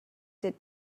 did